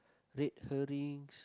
red herrings